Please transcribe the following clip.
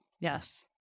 Yes